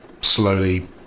slowly